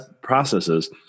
processes